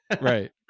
Right